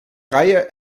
reihe